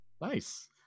Nice